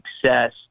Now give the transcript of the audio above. success